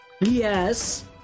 Yes